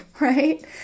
right